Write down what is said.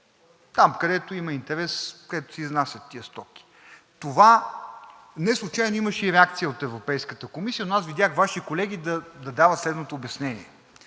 там, където има интерес, където се изнасят тези стоки? Неслучайно имаше и реакция от Европейската комисия, но аз видях Ваши колеги да дават следното обяснение,